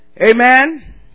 Amen